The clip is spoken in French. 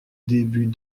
début